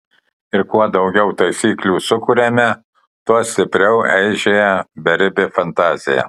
ir kuo daugiau taisyklių sukuriame tuo stipriau eižėja beribė fantazija